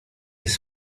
jest